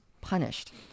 punished